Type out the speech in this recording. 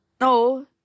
No